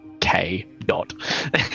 K-dot